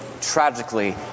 tragically